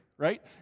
right